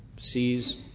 sees